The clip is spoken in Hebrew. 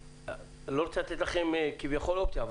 אני לא רוצה לתת לכם כביכול אופציה,